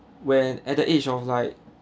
when at the age of like